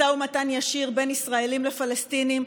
משא ומתן ישיר בין ישראלים לפלסטינים,